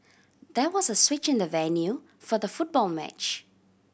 there was a switch in the venue for the football match